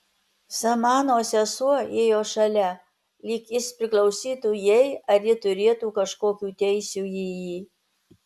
samanos sesuo ėjo šalia lyg jis priklausytų jai ar ji turėtų kažkokių teisių į jį